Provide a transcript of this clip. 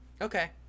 Okay